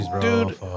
dude